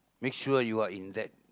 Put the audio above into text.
make sure you are in that